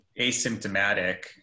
asymptomatic